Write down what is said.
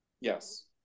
yes